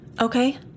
Okay